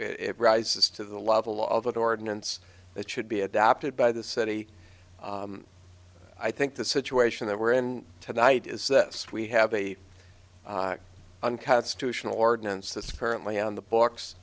it rises to the level of that ordinance that should be adopted by the city i think the situation that we're in tonight is this we have a un cuts to tional ordinance that's currently on the books